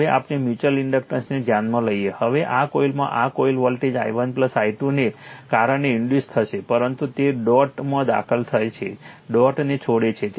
હવે આપણે મ્યુચ્યુઅલ ઇન્ડક્ટન્સને ધ્યાનમાં લઈએ હવે આ કોઇલમાં આ કોઇલ વોલ્ટેજ i1 i2 ને કારણે ઇન્ડ્યુસ થશે પરંતુ તે ડોટમાં દાખલ થાય છે ડોટ ને છોડે છે